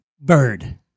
Bird